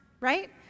right